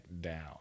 down